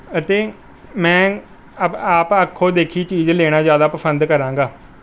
ਅਤੇ ਮੈਂ ਆਪ ਆਪ ਅੱਖੀ ਦੇਖੀ ਚੀਜ਼ ਲੈਣਾ ਜ਼ਿਆਦਾ ਪਸੰਦ ਕਰਾਂਗਾ